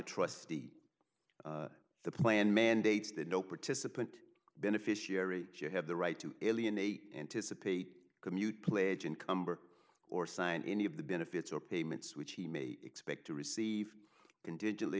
trustee the plan mandates that no participant beneficiary you have the right to alienate anticipate commute pledge encumber or sign any of the benefits or payments which he may expect to receive individually